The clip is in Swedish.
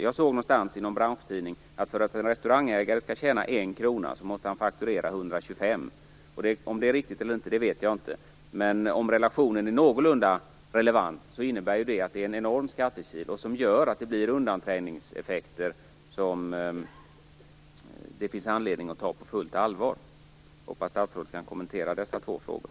Jag såg i någon branschtidning att för att en restaurangägare skall tjäna en krona skall han fakturera för 125 kr. Om det är riktigt eller inte vet jag inte. Men om relationen är någorlunda relevant innebär det att det finns en enorm skattekil som gör att det blir undanträngningseffekter som det finns anledning att ta på fullt allvar. Jag hoppas att statsrådet kan kommentera dessa två frågor.